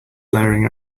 blaring